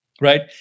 right